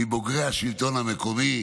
מבוגרי השלטון המקומי,